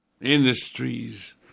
industries